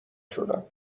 شدم